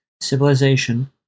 civilization